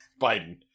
Biden